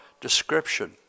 description